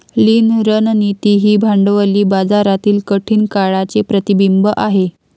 लीन रणनीती ही भांडवली बाजारातील कठीण काळाचे प्रतिबिंब आहे